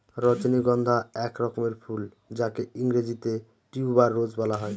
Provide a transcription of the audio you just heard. রজনীগন্ধা এক রকমের ফুল যাকে ইংরেজিতে টিউবার রোজ বলা হয়